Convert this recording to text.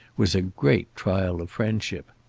was a great trial of friendship.